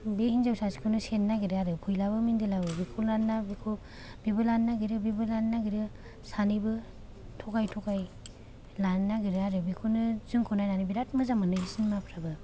बे हिन्जाव सासेखौनो सेनो नागिरो आरो फैलाबो मेन्देलाबो बेखौ लानोना बेखौ बेबो लानो नागिरो बेबो लानो नागिरो सानैबो थ'गाय थ'गाय लानो नागिरो आरो बेखौनो जोंखौ नायनानै बिराथ मोजां मोनो चिनेमाफ्राबो